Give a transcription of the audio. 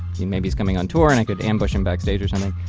he maybe is coming on tour and i could ambush him backstage or something.